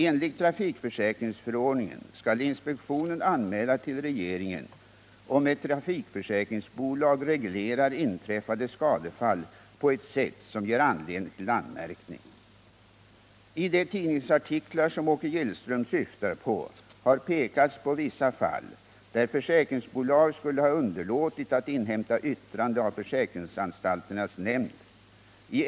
Enligt trafikförsäkringsförordningen skall inspektionen anmäla till regeringen om ett trafikförsäkringsbolag reglerar inträffade skadefall på ett sätt som ger anledning till anmärkning. I de tidningsartiklar som ÅkeGillström syftar på har pekats på vissa fall där försäkringsbolag skulle ha underlåtit att inhämta yttrande av trafikförsäkringsanstalternas nämnd.